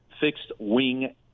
fixed-wing